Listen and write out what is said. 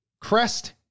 crest